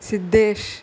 Siddesh